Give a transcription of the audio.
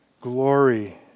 glory